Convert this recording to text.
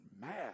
mad